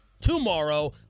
tomorrow